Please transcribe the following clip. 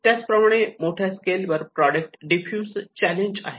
त्याचप्रमाणे मोठ्या स्केलवर प्रॉडक्ट डीफ्यूजन चॅलेंज आहे